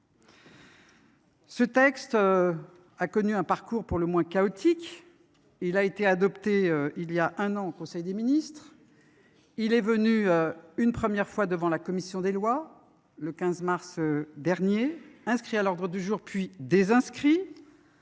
Ce texte a connu un parcours pour le moins chaotique : adopté voilà un an en Conseil des ministres, il a été examiné une première fois par la commission des lois du Sénat le 15 mars dernier, inscrit à l’ordre du jour, puis désinscrit.